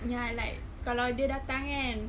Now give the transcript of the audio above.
ya and like kalau dia datang kan